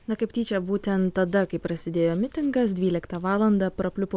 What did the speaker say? na kaip tyčia būtent tada kai prasidėjo mitingas dvyliktą valandą prapliupo